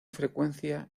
frecuencia